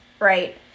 Right